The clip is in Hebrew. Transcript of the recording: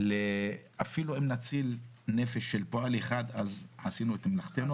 אפילו אם נציל נפש של פועל אחד - אז עשינו את מלאכתנו.